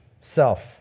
self